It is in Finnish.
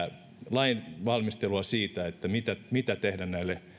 lainvalmistelua siitä mitä mitä tehdä näille